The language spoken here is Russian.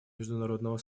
международного